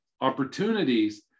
Opportunities